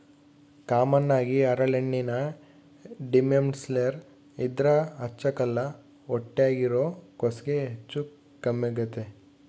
common ಆಗಿ ಹರಳೆಣ್ಣೆನ ದಿಮೆಂಳ್ಸೇರ್ ಇದ್ರ ಹಚ್ಚಕ್ಕಲ್ಲ ಹೊಟ್ಯಾಗಿರೋ ಕೂಸ್ಗೆ ಹೆಚ್ಚು ಕಮ್ಮೆಗ್ತತೆ